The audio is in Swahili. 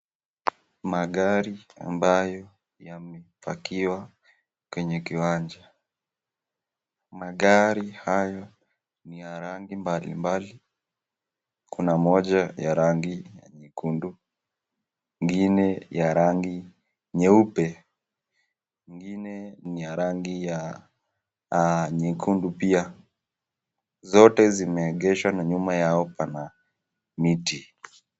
Magari amabayo yamepakiwa kwenye kiwanja. Magari hayo ni ya rangi mbali mbali. Kuna moja ya rangi nyekundu, ingine ni ya rangi nyeupe, ingine ni ya rangi yanyekundu pia. Yote imeegeshwa na nyuma yao pana miti